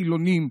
חילונים,